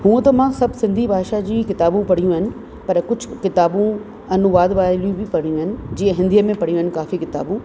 हूअं त मां सभु सिंधी भाषा जी किताबूं पढ़ियूं आहिनि पर कुझु किताबूं अनूवाद वाएलियू बि पढ़ियूं आहिनि जीअं हिंदीअ में पढ़ियूं आहिनि काफ़ी किताबूं